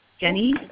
Jenny